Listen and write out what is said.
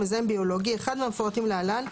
""מזהם ביולוגי" - אחד מהמפורטים להלן,